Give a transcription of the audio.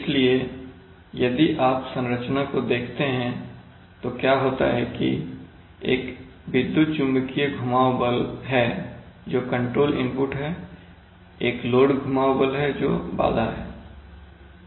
इसलिए यदि आप संरचना को देखते हैं तो क्या होता है कि एक विद्युत चुम्बकीय घुमाव बल है जो कंट्रोल इनपुट है एक लोड घुमाव बल है जो बाधा है